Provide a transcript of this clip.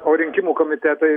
o rinkimų komitetai